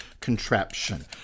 contraption